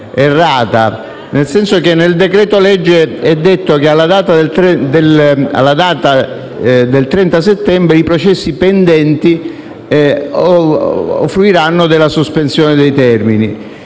errata. Nel decreto-legge è detto che, alla data del 30 settembre, i processi pendenti fruiranno della sospensione dei termini.